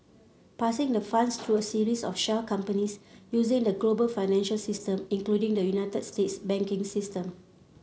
passing the funds through a series of shell companies using the global financial system including the United States banking system